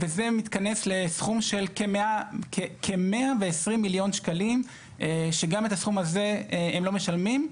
וזה מתכנס לסכום של כ-120 מיליון שקלים שגם את הסכום הזה הם לא משלמים,